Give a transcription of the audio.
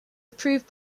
approved